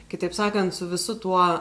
kitaip sakant su visu tuo